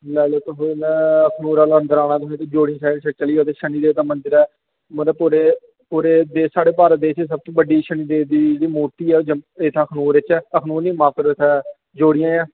लाई लैओ तुस तां अखनूरा दा अंदर आना तुसें ते ज्यौड़ियें आह्ली साइड चली जाओ तुस ते उत्थै शनी देव दा मंदिर ऐ मतलब थुहाड़े पूरे देश मतलब साढ़े भारत देश च सब तू बड्डी शनी देव दी जेह्डी मूर्ती ऐ ओह् इत्थां अखनूर च ऐ अखनूर नेई माफ करेऔ इत्थे ज्यौड़िये च ऐ